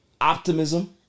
optimism